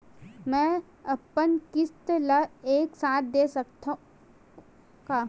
मै अपन किस्त ल एक साथ दे सकत हु का?